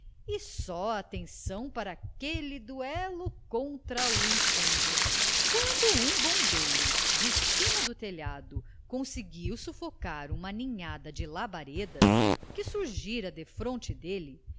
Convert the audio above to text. e só atenção para aquele duelo contra o incêndio quando um bombeiro de cima do telhado conseguiu sufocar uma ninhada de labaredas que surgia defronte dele